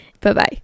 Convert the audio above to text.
Bye-bye